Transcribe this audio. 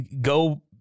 go